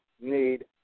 need